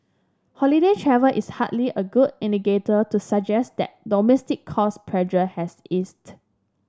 holiday travel is hardly a good indicator to suggest that domestic cost pressure has eased